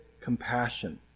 compassion